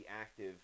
active